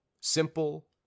Simple